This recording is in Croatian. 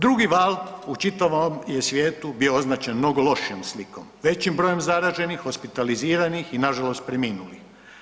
Drugi val u čitavom je svijetu bio označen mnogo lošijom slikom, većim brojem zaraženih, hospitaliziranih i nažalost preminulih.